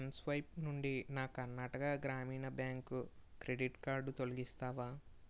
mSwipe నుండి నా కర్ణాటక గ్రామీణ బ్యాంక్ క్రెడిట్ కార్డు తొలగిస్తావా